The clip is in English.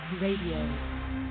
Radio